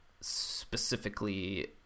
specifically